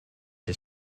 his